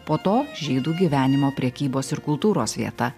po to žydų gyvenimo prekybos ir kultūros vieta